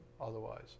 otherwise